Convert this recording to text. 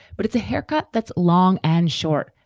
but it's a haircut that's long and short,